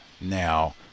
now